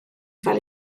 fel